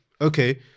okay